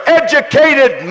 educated